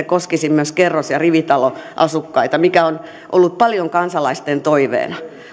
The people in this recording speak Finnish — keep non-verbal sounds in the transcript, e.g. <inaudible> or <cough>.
<unintelligible> koskisi myös kerros ja rivitaloasukkaita mikä on ollut paljon kansalaisten toiveena